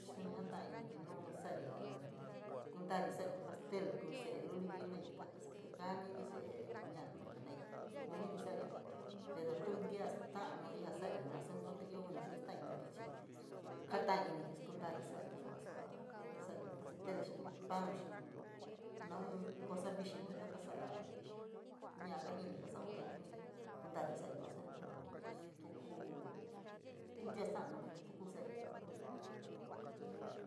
Suni jatai iniri nu sa’ari in, kundari sa’ari in, kundari sa’ari in pastel kuu se’e luliri jenaii, taka se’e tíjaniri, se’eri ña’anú jenai, kuniri sa’ari pero tuu ntia sta’a nuri jaa sari sua sani ioo ín nayiu staii nuuri chii jata’aii iniri skuntaari sa’ari yua sa’a sari in pastel xii in pan, xii ín naun cosa vixii luli jaa kasa’a ña’a kaajini ja kaa sa’aun, kuniri kuntari sa’ari suni pero pues tuu kuu, tuu ntia sta’a nuuri te tu kuu sari.